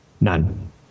None